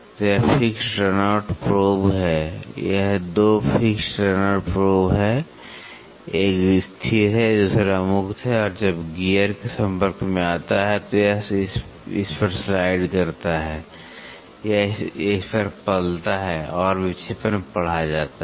तो यह fixed run out probe है यह 2 फिक्स्ड रन आउट प्रोब है एक स्थिर है दूसरा मुक्त है और जब गियर संपर्क में आता है तो यह इस पर स्लाइड करता है या इस पर पलता है और विक्षेपण पढ़ा जाता है